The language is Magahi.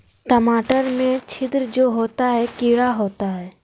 टमाटर में छिद्र जो होता है किडा होता है?